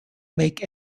make